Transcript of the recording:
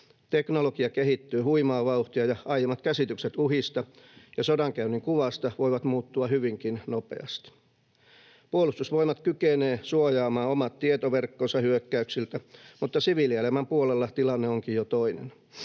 Teknologia kehittyy huimaa vauhtia, ja aiemmat käsitykset uhista ja sodankäynnin kuvasta voivat muuttua hyvinkin nopeasti. Puolustusvoimat kykenee suojaamaan omat tietoverkkonsa hyökkäyksiltä, mutta siviilielämän puolella tilanne onkin jo toinen.